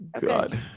God